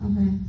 Okay